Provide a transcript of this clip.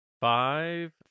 five